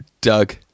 Doug